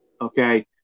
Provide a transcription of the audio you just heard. okay